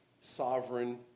sovereign